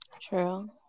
True